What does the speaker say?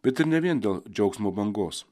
bet ir ne vien dėl džiaugsmo bangos